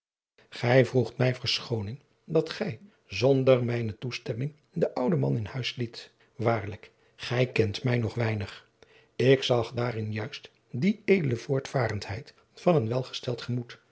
gij vroegt mij verschooning dat gij zonder mijne toestemming den ouden man in huis liet waarlijk gij kent mij nog weinig ik zag daarin juist die edele voortvarendheid van een welgesteld gemoed